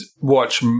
watch-